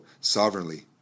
Sovereignly